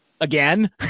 again